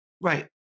Right